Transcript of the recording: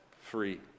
free